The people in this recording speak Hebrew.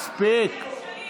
מספיק.